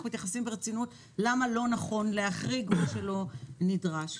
מתייחסים ברצינות למה לא נכון להחריג מה שלא נדרש.